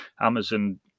Amazon